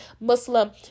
Muslim